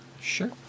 Sure